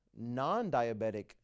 non-diabetic